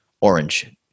orange